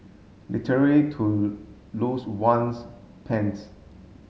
literally to lose one's pants